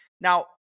Now